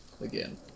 again